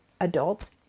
adults